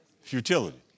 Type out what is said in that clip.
Futility